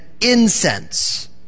incense